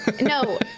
No